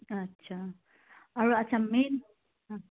আচ্ছা আৰু আচ্ছা মেইন